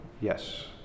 Yes